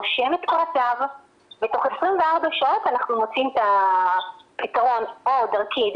רושם את פרטיו ותוך 24 שעות אנחנו מוצאים את הפתרון או דרכי,